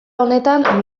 honetan